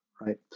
right